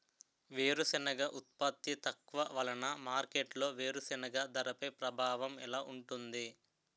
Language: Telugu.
వేరుసెనగ ఉత్పత్తి తక్కువ వలన మార్కెట్లో వేరుసెనగ ధరపై ప్రభావం ఎలా ఉంటుంది?